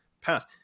path